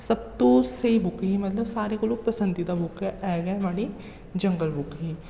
सब तू स्हेई बुक ही मतलब सारे कोला पसंदीदा बुक ऐ ऐ गै मायने जंगल बुक ही